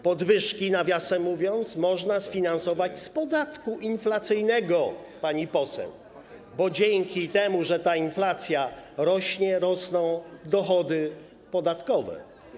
Podwyżki, nawiasem mówiąc, można sfinansować z podatku inflacyjnego, pani poseł, bo dzięki temu, że ta inflacja rośnie, rosną dochody podatkowe.